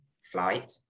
flight